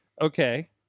Okay